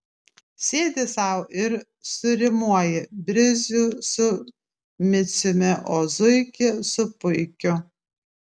sėdi sau ir surimuoji brisių su miciumi o zuikį su puikiu